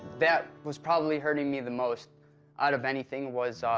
that was probably hurting me the most out of anything, was,